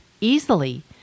easily